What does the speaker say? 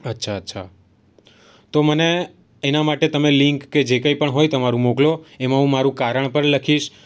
અચ્છા અચ્છા તો મને એના માટે તમે લિંક કે જે કંઈ પણ હોય તમારું મોકલો એમાં હું મારું કારણ પણ લખીશ